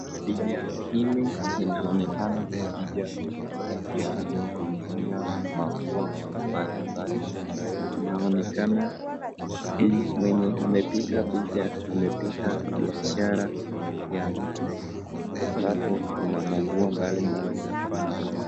Picha hili linaonekana ni picha la kuuzia manguo mbali mbali, inaonekana mwenye amepiga picha amepiga biashara ya mtu ambapo kuna manguo mbalimbali za kuuza.